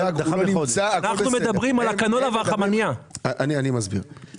המרגרינה מביאה קנולה וחמנייה מייבוא,